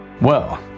Well